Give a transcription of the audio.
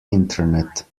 internet